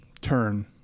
turn